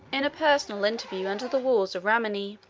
in a personal interview under the walls of rimini.